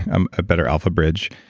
and a better alpha bridge,